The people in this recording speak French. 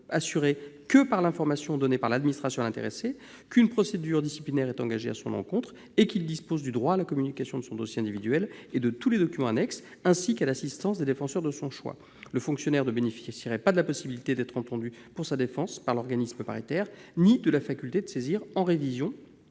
assurée que par l'information donnée par l'administration à l'intéressé qu'une procédure disciplinaire est engagée à son encontre et qu'il dispose du droit à la communication de son dossier individuel et de tous les documents annexes, ainsi qu'à l'assistance des défenseurs de son choix. Le fonctionnaire ne bénéficierait ni de la possibilité d'être entendu pour sa défense par l'organisme paritaire ni de la faculté de saisir en révision